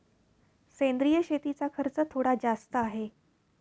सेंद्रिय शेतीचा खर्च थोडा जास्त आहे